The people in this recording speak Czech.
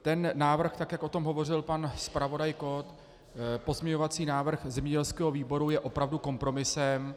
Ten návrh, jak o tom hovořil pan zpravodaj Kott, pozměňovací návrh zemědělského výboru je opravdu kompromisem.